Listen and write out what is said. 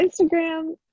Instagram